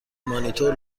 مانیتور